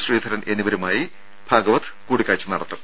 ശ്രീധരൻ എന്നിവരുമായി അദ്ദേഹം കൂടിക്കാഴ്ച നടത്തും